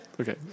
Okay